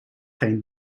geen